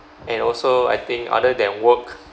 and also I think other than work